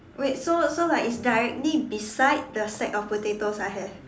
wait so so like it's directly beside the sack of potatoes I have